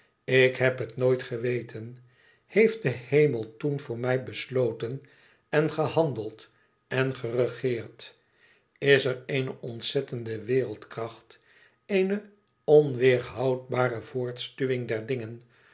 ik heb het nooit geweten heeft de hemel toen voor mij besloten en gehandeld en geregeerd is er eene ontzettende wereldkracht een onweêrhoudbare voortstuwing der dingen